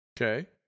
Okay